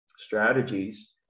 Strategies